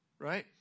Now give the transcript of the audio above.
right